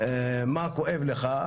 מה כואב לך.